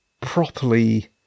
properly